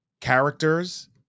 Characters